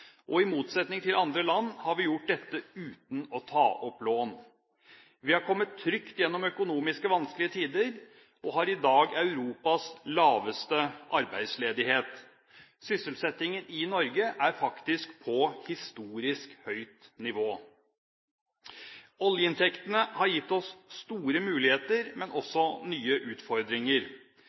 Og i motsetning til andre land har vi gjort dette uten å ta opp lån. Vi har kommet trygt gjennom økonomisk vanskelige tider og har i dag Europas laveste arbeidsledighet. Sysselsettingen i Norge er faktisk på historisk høyt nivå. Oljeinntektene har gitt oss store muligheter, men også nye utfordringer.